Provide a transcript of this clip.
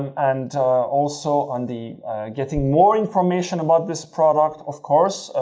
and also on the getting more information about this product, of course,